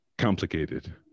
complicated